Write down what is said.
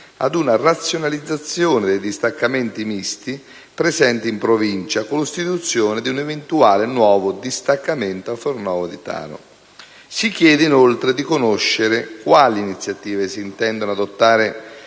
ad una razionalizzazione dei distaccamenti misti presenti in Provincia, con l'istituzione di un eventuale nuovo distaccamento a Fornovo di Taro. Si chiede, inoltre, di conoscere quali iniziative si intendano adottare